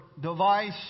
device